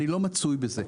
אני לא מצוי בזה,